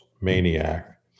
Maniac